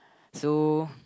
so